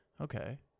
Okay